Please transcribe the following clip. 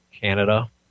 Canada